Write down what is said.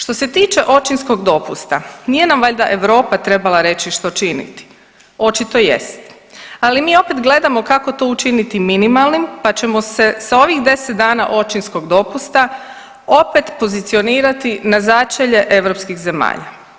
Što se tiče očinskog dopusta nije nam valjda Europa trebala reći što činiti, očito jest, ali mi opet gledamo kako to učiniti minimalnim, pa ćemo se sa ovih 10 dana očinskog dopusta opet pozicionirati na začelje europskih zemalja.